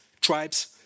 tribes